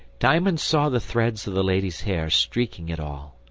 diamond saw the threads of the lady's hair streaking it all.